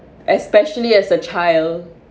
especially as a child